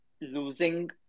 losing